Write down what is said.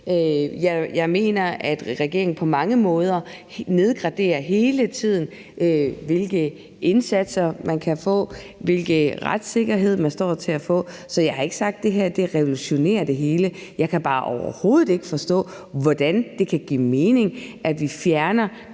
Jeg mener, at regeringen på mange måder hele tiden nedgraderer, hvilke indsatser man kan få, og hvilken retssikkerhed man står til at få. Så jeg har ikke sagt, at det her revolutionerer det hele. Jeg kan bare overhovedet ikke forstå, hvordan det kan give mening, at vi fjerner